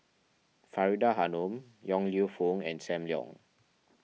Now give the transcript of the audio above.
Faridah Hanum Yong Lew Foong and Sam Leong